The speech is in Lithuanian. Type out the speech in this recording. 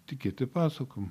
tikėti pasakom